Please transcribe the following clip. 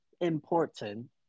important